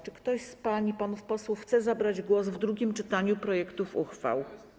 Czy ktoś z pań i panów posłów chce zabrać głos w drugim czytaniu projektów uchwał?